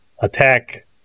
attack